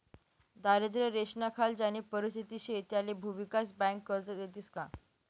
दारिद्र्य रेषानाखाल ज्यानी परिस्थिती शे त्याले भुविकास बँका कर्ज देतीस का?